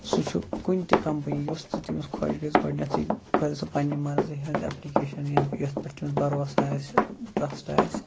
سُہ چھُ کُنہِ تہِ کمپٔنی یۄس تہِ تٔمِس خۄش گژھِ گۄڈٕنٮ۪تھٕے کھولہِ سُہ پَنٕنہِ مرضی ہٕنٛز ایپلِکیشَن یم یَتھ پٮ۪ٹھ تٔمِس بروسہٕ آسہِ ٹرٛسٹ آسہِ